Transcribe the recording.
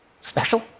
special